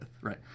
right